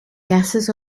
gases